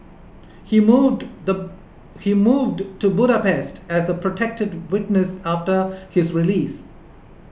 he moved he moved to Budapest as a protected witness after his release